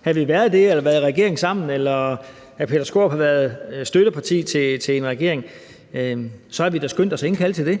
havde vi været det eller været i regering sammen, eller havde hr. Peter Skaarups parti været støtteparti til en regering, jeg var med i, havde vi da skyndt os at indkalde til det.